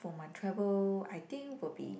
for my travel I think will be